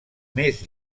més